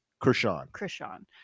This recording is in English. Krishan